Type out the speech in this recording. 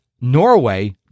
Norway